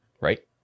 Right